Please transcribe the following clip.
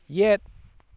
yet